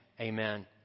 amen